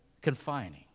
confining